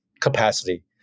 capacity